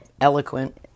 eloquent